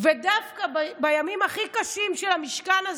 ודווקא בימים הכי קשים של המשכן הזה,